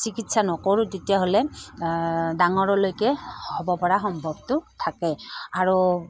চিকিৎসা নকৰোঁ তেতিয়াহ'লে ডাঙৰলৈকে হ'ব পৰা সম্ভৱটো থাকে আৰু